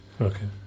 okay